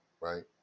Right